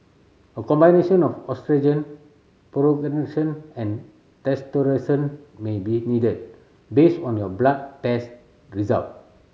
a combination of oestrogen and may be needed based on your blood test result